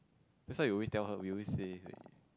that's why we always tell her we always say